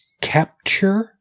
capture